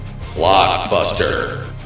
Blockbuster